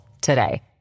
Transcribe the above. today